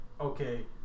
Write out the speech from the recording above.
okay